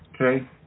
Okay